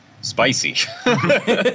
spicy